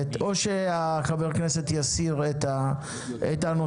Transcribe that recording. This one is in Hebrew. או שחבר הכנסת יסיר את הנושא.